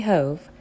Hove